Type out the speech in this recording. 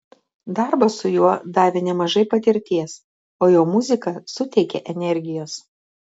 darbas su juo davė nemažai patirties o jo muzika suteikia energijos